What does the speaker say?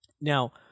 Now